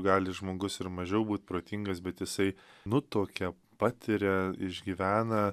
gali žmogus ir mažiau būti protingas bet jisai nutuokia patiria išgyvena